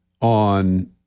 on